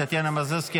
טטיאנה מזרסקי,